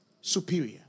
superior